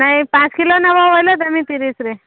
ନାଇ ପାଞ୍ଚ କିଲୋ ନେବ ବୋଲେ ଦେବି ତିରିଶିରେ